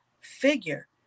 figure